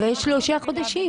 אחרי שלושה חודשים.